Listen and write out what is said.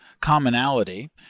commonality